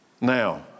Now